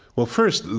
well, first,